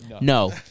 no